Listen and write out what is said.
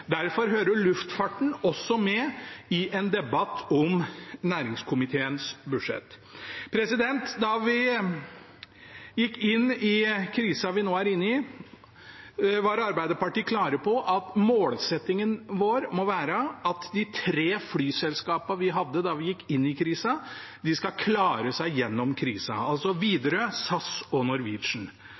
Derfor hører luftfarten også med i en debatt om næringskomiteens budsjett. Da vi gikk inn i krisa vi nå er i, var Arbeiderpartiet klare på at målsettingen vår må være at de tre flyselskapene vi hadde da vi gikk inn i krisa, skal klare seg gjennom krisa, altså Widerøe, SAS og Norwegian.